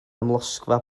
amlosgfa